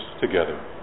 together